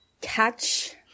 catch